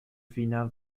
wiener